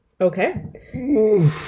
Okay